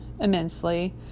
immensely